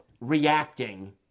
reacting